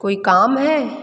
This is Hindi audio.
कोई काम है